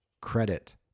Credit